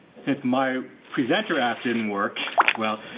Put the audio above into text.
since my presenter app didn't work well.